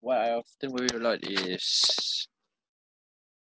what else thing I worry a lot is